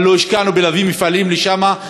אבל לא השקענו בלהביא מפעלים לשם,